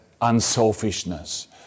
unselfishness